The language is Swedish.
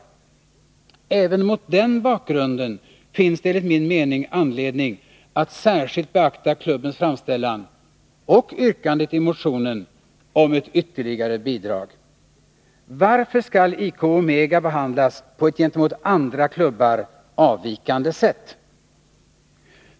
Även mot den bakgrunden finns det enligt min mening anledning att särskilt beakta klubbens framställan — och yrkandet i motionen — om ett ytterligare bidrag. Varför skall IK Omega behandlas på ett gentemot andra klubbar avvikande sätt?